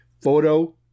photo